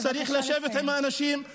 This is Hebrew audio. ולכן צריך לשבת עם האנשים,